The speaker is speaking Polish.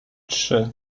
trzy